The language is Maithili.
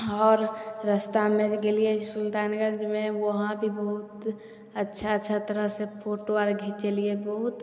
आओर रस्तामे गेलिए सुल्तानगंजमे वहाँ भी बहुत अच्छा अच्छा तरह से फोटो आर घीचेलिए बहुत